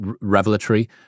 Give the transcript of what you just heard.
revelatory